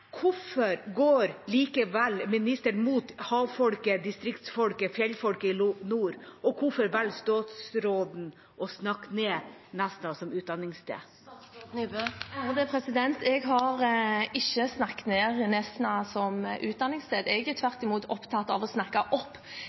hvorfor går likevel ministeren imot havfolket, distriktsfolket, fjellfolket i nord? Og hvorfor velger statsråden å snakke ned Nesna som utdanningssted? Jeg har ikke snakket ned Nesna som utdanningssted, jeg er tvert imot opptatt av å snakke opp